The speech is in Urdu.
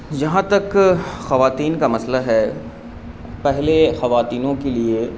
جہاں تک خواتین کا مسئلہ ہے پہلے خواتینوں کے لیے